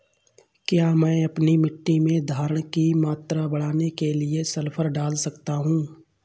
क्या मैं अपनी मिट्टी में धारण की मात्रा बढ़ाने के लिए सल्फर डाल सकता हूँ?